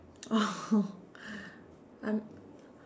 oh I'm